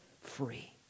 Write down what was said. free